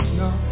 no